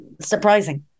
surprising